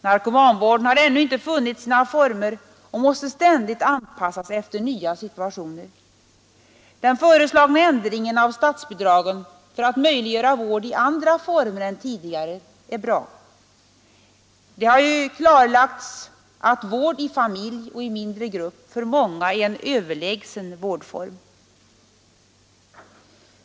Narkomanvården har ännu inte funnit sina former och måste ständigt anpassas efter nya situationer. Den föreslagna ändringen av statsbidragen för att möjliggöra vård i andra former än tidigare är bra. Det har ju klarlagts att vård i familj och i mindre grupp för många är en överlägsen vårdform.